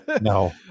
No